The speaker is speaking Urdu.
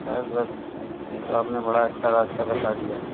بس بس یہ تو آپ نے بڑا اچھا راستہ بتا دیا